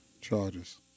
charges